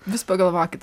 vis pagalvokit